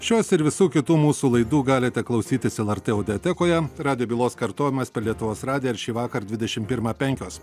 šios ir visų kitų mūsų laidų galite klausytis lrt audiotekoje radijo bylos kartojimas per lietuvos radiją ir šįvakar dvidešimt pirmą penkios